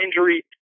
injury